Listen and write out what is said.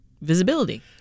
visibility